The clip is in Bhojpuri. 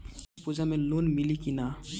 छठ पूजा मे लोन मिली की ना?